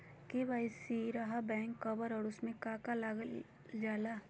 KYC रहा back cover और उसमें का का लागल जाला?